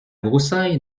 broussaille